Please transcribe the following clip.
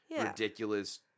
ridiculous